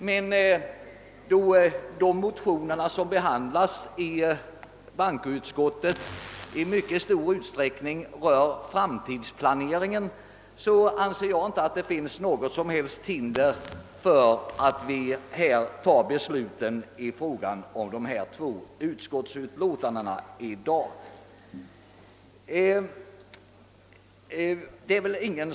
Men då de motioner som behandlas i bankoutskottet i stor utsträckning rör framtidsplaneringen, anser jag att det inte föreligger något hinder för att vi i dag beslutar om statsutskottets nu förevarande två utlåtanden.